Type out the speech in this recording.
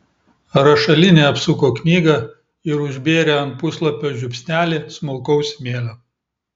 rašalinė apsuko knygą ir užbėrė ant puslapio žiupsnelį smulkaus smėlio